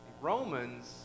Romans